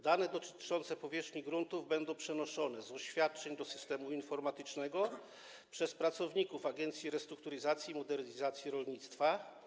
Dane dotyczące powierzchni gruntów będą przenoszone z oświadczeń do systemu informatycznego przez pracowników Agencji Restrukturyzacji i Modernizacji Rolnictwa.